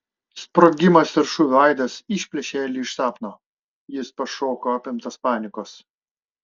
sprogimas ir šūvio aidas išplėšė elį iš sapno jis pašoko apimtas panikos